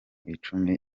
icumi